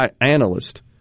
Analyst